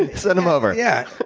and send him over. yeah